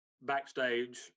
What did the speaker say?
backstage